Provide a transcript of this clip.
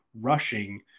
rushing